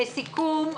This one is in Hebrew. לסיכום,